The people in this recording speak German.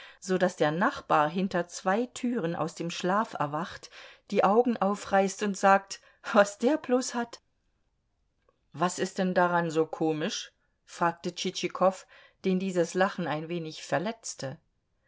so daß der nachbar hinter zwei türen aus dem schlaf erwacht die augen aufreißt und sagt was der bloß hat was ist denn daran so komisch fragte tschitschikow den dieses lachen ein wenig verletzte